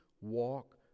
walk